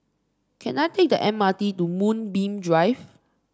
can I take the M R T to Moonbeam Drive